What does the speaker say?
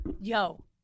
Yo